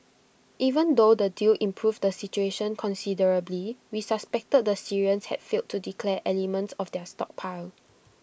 even though the deal improved the situation considerably we suspected the Syrians had failed to declare elements of their stockpile